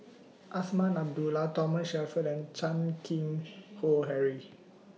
Azman Abdullah Thomas Shelford and Chan Keng Howe Harry